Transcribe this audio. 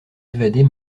évader